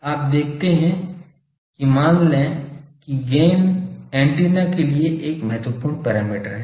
आप देखते हैं कि मान लें कि गैन एंटीना के लिए एक महत्वपूर्ण पैरामीटर है